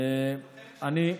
לא.